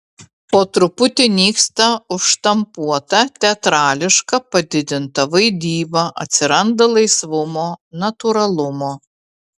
po truputį nyksta užštampuota teatrališka padidinta vaidyba atsiranda laisvumo natūralumo